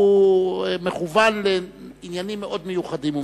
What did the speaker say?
נושא שמכוון לעניינים מאוד מיוחדים ומסוימים.